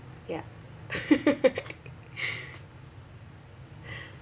ya